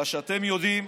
בגלל שאתם יודעים